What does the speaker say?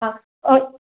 और